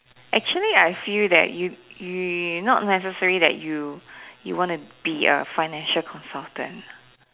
actually I feel that you you not necessary that you you want to be a financial consultant